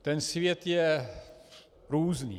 Ten svět je různý.